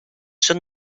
son